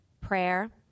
prayer